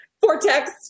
Vortex